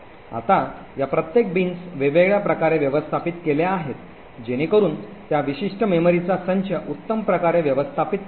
आता या प्रत्येक बीन्स वेगळ्या प्रकारे व्यवस्थापित केल्या आहेत जेणेकरून त्या विशिष्ट मेमरीचा संच उत्तम प्रकारे व्यवस्थापित केला जाईल